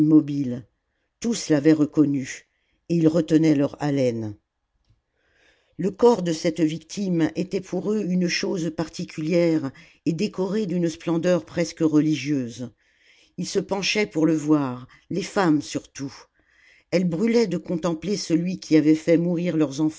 tous l'avaient reconnu et ils retenaient leur haleine le corps de cette victime était pour eux une chose particulière et décorée d'une splendeur presque religieuse ils se penchaient pour le voir les femmes surtout elles brûlaient de contempler celui qui avait fait mourir leurs